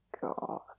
God